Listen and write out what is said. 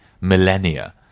millennia